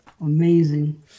Amazing